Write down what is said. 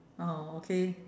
oh okay